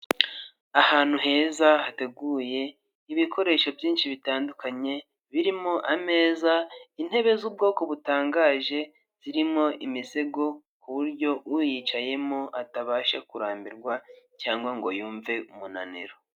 Ahantu heza hateguye ibikoresho byinshi bitandukanye birimo ameza, intebe z'ubwoko butangaje zirimo imisego, ku buryo uyicayemo atabasha kurambirwa cyangwa ngo yumve umunaniro.